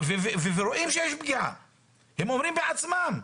ורואים שיש פגיעה הרי הם אומרים בעצם,